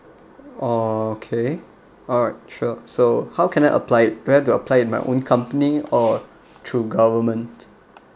okay alright sure so how can I apply it where to apply my own company or through government